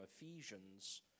Ephesians